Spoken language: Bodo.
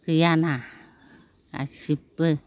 गैयाना गासैबो